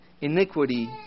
iniquity